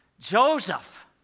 Joseph